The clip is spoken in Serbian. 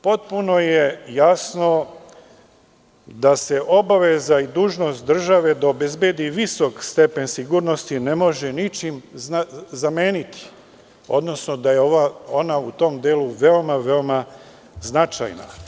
Potpuno je jasno da se obaveza i dužnost države da obezbedi visok stepen sigurnosti ne može ničim zameniti, odnosno da je ona u tom delu veoma, veoma značajna.